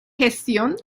gestión